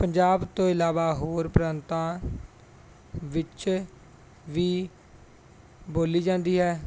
ਪੰਜਾਬ ਤੋਂ ਇਲਾਵਾ ਹੋਰ ਪ੍ਰਾਂਤਾਂ ਵਿੱਚ ਵੀ ਬੋਲੀ ਜਾਂਦੀ ਹੈ